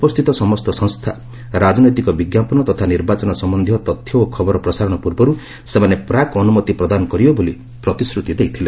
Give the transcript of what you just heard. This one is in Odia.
ଉପସ୍ଥିତ ସମସ୍ତ ସଂସ୍ଥା ରାଜନୈତିକ ବିଙ୍କାପନ ତଥା ନିର୍ବାଚନ ସମ୍ଭନ୍ଧୀୟ ତଥ୍ୟ ଓ ଖବର ପ୍ରସାରଣ ପୂର୍ବରୁ ସେମାନେ ପ୍ରାକ୍ ଅନୁମତି ପ୍ରଦାନ କରିବେ ବୋଲି ପ୍ରତିଶ୍ରତି ଦେଇଥିଲେ